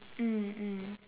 mm mm